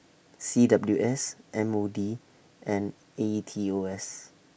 C W S M O D and A E T O S